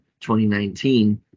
2019